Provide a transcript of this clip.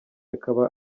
akaba